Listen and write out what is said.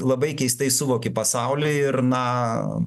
labai keistai suvoki pasaulį ir na